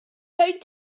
going